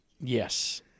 Yes